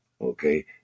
Okay